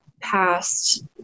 past